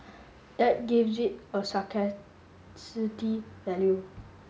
that gives it a value